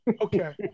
Okay